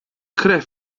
krew